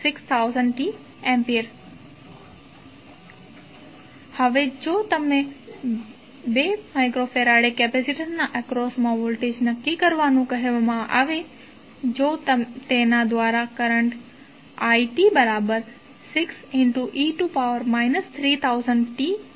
3sin 6000t A હવે જો તમને 2 μF કેપેસિટરના એક્રોસમા વોલ્ટેજ નક્કી કરવાનું કહેવામાં આવે છે જો તેના દ્વારા કરંટ it6e 3000t mA છે